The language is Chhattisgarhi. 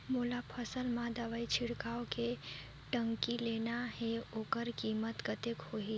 मोला फसल मां दवाई छिड़काव के टंकी लेना हे ओकर कीमत कतेक होही?